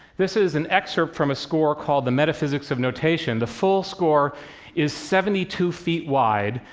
this is an excerpt from a score called the metaphysics of notation. the full score is seventy two feet wide.